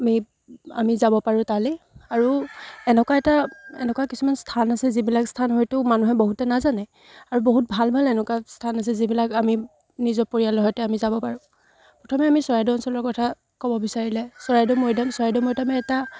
আমি আমি যাব পাৰোঁ তালৈ আৰু এনেকুৱা এটা এনেকুৱা কিছুমান স্থান আছে যিবিলাক স্থান হয়তো মানুহে বহুতে নাজানে আৰু বহুত ভাল ভাল এনেকুৱা স্থান আছে যিবিলাক আমি নিজৰ পৰিয়ালৰ সৈতে আমি যাব পাৰোঁ প্ৰথমে আমি চৰাইদেউ অঞ্চলৰ কথা ক'ব বিচাৰিলে চৰাইদেউ মৈদাম চৰাইদেউ মৈদাম এটা